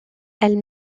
elle